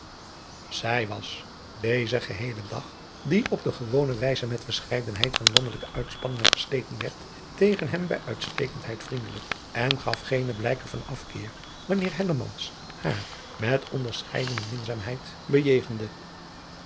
zij was dezen geheelen dag die op de gewone wijze met verscheidenheid van landelijke uitspanningen gesleten werd tegen hem bij uitstekendheid vriendelijk en gaf geene blijken van afkeer wanneer hellemans haar met onderscheidende minzaamheid beiegende